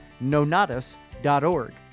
nonatus.org